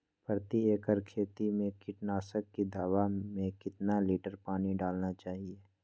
प्रति एकड़ खेती में कीटनाशक की दवा में कितना लीटर पानी डालना चाइए?